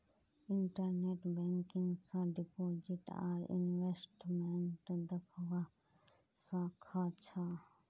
internet banking स deposit आर investment दख्वा स ख छ